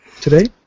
today